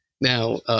Now